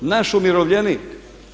Naš umirovljenik.